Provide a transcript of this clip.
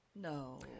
No